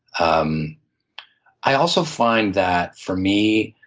um i also find that for me,